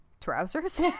trousers